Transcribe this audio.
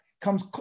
comes